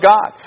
God